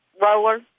roller